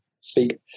speak